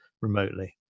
remotely